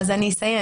אני אומר.